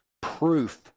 proof